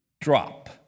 drop